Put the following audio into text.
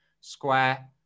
Square